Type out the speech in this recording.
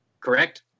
Correct